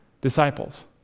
disciples